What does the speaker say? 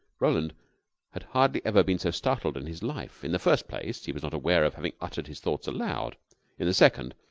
roland had hardly ever been so startled in his life. in the first place, he was not aware of having uttered his thoughts aloud in the second,